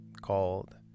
called